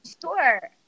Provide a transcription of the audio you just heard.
Sure